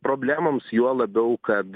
problemoms juo labiau kad